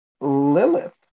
Lilith